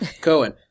Cohen